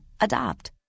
Adopt